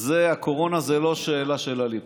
הקורונה זו לא שאלה של הליכוד.